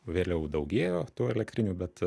vėliau daugėjo tų elektrinių bet